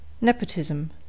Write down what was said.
Nepotism